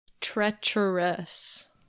Treacherous